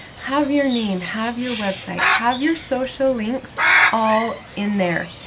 have your name, have your website, have your social links all in there.